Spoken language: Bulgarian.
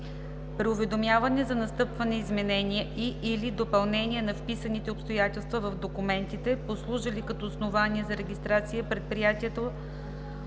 при уведомяване за настъпили изменения и/или допълнения на вписаните обстоятелства в документите, послужили като основание за регистрация, предприятията,